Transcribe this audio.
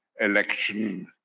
election